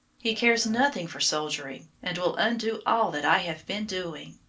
he cares nothing for soldiering, and will undo all that i have been doing.